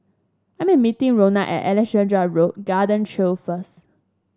I am meeting Rhona at Alexandra Road Garden Trail first